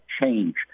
change